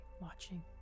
watching